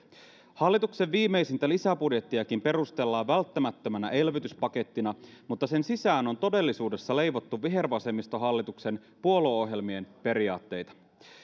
hallituksen viimeisintä lisäbudjettiakin perustellaan välttämättömänä elvytyspakettina mutta sen sisään on todellisuudessa leivottu vihervasemmistohallituksen puolueohjelmien periaatteita